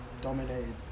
dominated